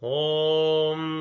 om